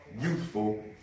youthful